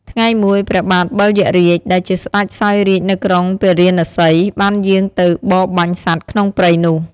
ថ្ងៃមួយ ព្រះបាទ បិលយក្សរាជ ដែលជាស្ដេចសោយរាជ្យនៅក្រុងពារាណសី បានយាងទៅបរបាញ់សត្វក្នុងព្រៃនោះ។